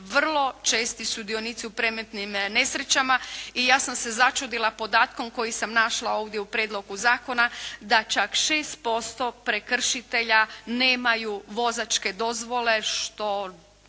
vrlo česti sudionici u prometnim nesrećama. I ja sam se začudila podatkom koji sam našla ovdje u prijedlogu zakona da čak 6% prekršitelja nemaju vozačke dozvole što